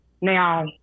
Now